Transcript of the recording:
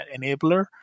enabler